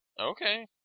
Okay